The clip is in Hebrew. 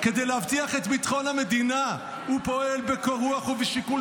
"כדי להבטיח את ביטחון המדינה ופועל בקור רוח ובשיקול